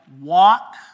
walk